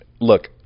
look